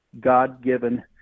God-given